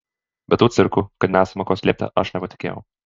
bet tuo cirku kad nesama ko slėpti aš nepatikėjau